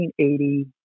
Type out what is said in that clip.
1980